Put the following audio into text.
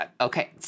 okay